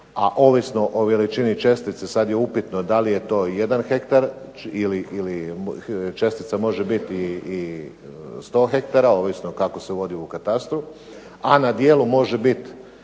a ovisno o veličini čestice sad je upitno da li je to jedan hektar ili čestica može biti i 100 hektara ovisno kako se uvodi u katastru a na dijelu može biti